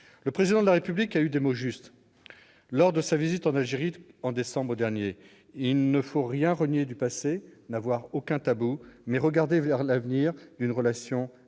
Le Président de la République a eu des mots justes lors de sa visite en Algérie en décembre dernier : il ne faut rien renier du passé, n'avoir aucun tabou, mais regarder vers l'avenir d'une relation assainie